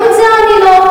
גם את זה אני מבינה.